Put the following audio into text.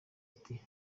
ati